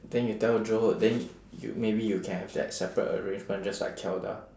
then you tell joe ho then you maybe you can have that separate arrangement just like kelda